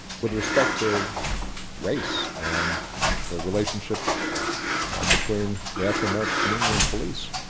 with respect to race and the relationship between the african-american community and police,